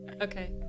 Okay